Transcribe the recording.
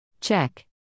Check